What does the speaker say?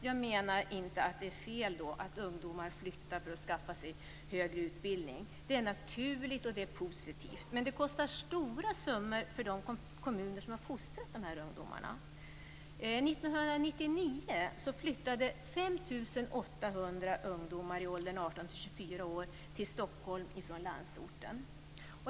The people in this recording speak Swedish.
Jag menar inte att det är fel att ungdomar flyttar för att skaffa sig högre utbildning. Det är naturligt och positivt, men det kostar stora summor för de kommuner som fostrat dessa ungdomar. År Stockholm från landsorten.